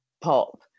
pop